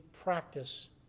practice